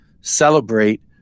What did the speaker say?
celebrate